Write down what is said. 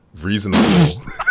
reasonable